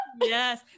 Yes